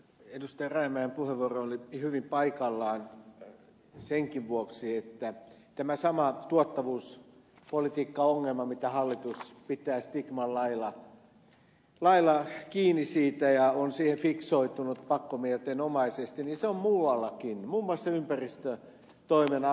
rajamäen puheenvuoro oli hyvin paikallaan senkin vuoksi että tämä sama tuottavuuspolitiikkaongelma mistä hallitus pitää stigman lailla kiinni ja on siihen fiksoitunut pakkomielteenomaisesti niin se on muuallakin muun muassa ympäristötoimen alalla